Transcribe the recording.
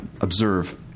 observe